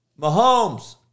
Mahomes